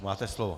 Máte slovo.